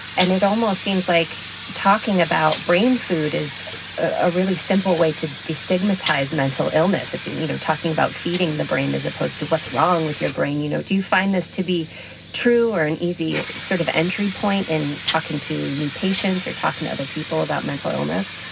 and it almost seems like talking about brain food is a really simple way to destigmatize mental illness, you know talking about feeding the brain as opposed to what's wrong with your brain. you know do you find this to be true or an easy sort of entry point in talking to new patients or talking to other people about mental illness?